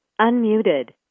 Unmuted